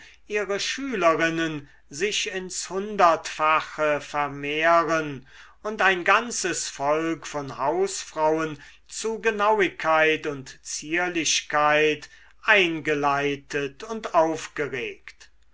ihre schülerinnen sich ins hundertfache vermehren und ein ganzes volk von hausfrauen zu genauigkeit und zierlichkeit eingeleitet und aufgeregt